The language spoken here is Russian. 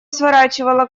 сворачивала